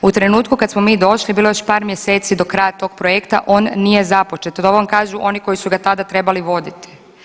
U trenutku kad smo mi došli bilo je još par mjeseci do kraja tog projekta, on nije započet, to vam kažu oni koji su ga tada trebali voditi.